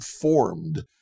formed